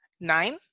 Nine